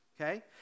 Okay